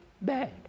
bad